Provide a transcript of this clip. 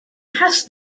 has